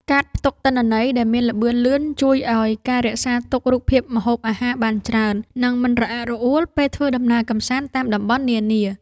កាតផ្ទុកទិន្នន័យដែលមានល្បឿនលឿនជួយឱ្យការរក្សាទុករូបភាពម្ហូបអាហារបានច្រើន និង មិនរអាក់រអួលពេលធ្វើដំណើរកម្សាន្តតាមតំបន់នានា។